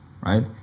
right